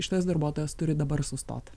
šitas darbuotojas turi dabar sustot